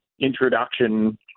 introduction